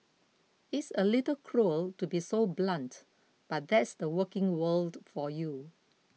it's a little cruel to be so blunt but that's the working world for you